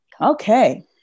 Okay